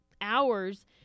hours